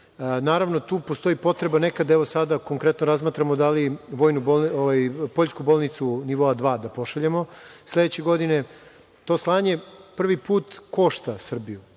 Naravno, tu postoji potreba, konkretno sada razmatramo da li poljsku bolnicu nivoa dva da pošaljemo sledeće godine. To slanje prvi put košta Srbiju